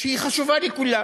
שהיא חשובה לכולם.